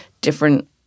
different